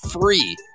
free